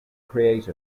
create